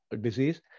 disease